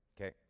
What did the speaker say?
Okay